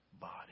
body